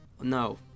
no